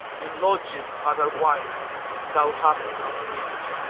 and lodges other wight thou hast not wist